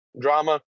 drama